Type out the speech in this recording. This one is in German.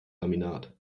laminat